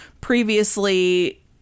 previously